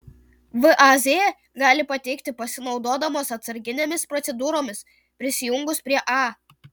vaz gali pateikti pasinaudodamos atsarginėmis procedūromis prisijungus prie a